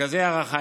3. מרכזי הערכה,